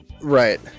Right